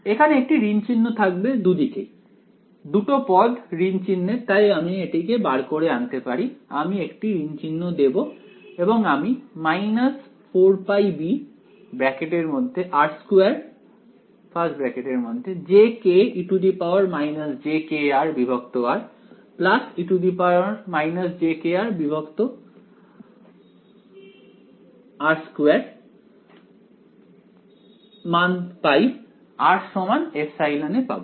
এখানে একটি ঋণ চিহ্ন থাকবে দুদিকেই দুটো পদ ঋণ চিহ্নের তাই আমি এটিকে বার করে আনতে পারি আমি একটি ঋণ চিহ্ন দেব এবং আমি 4πbr2jke jkrr e jkrr2rε পাব